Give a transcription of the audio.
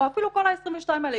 או אפילו כל ה-22 האלה,